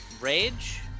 rage